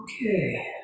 Okay